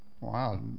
Wow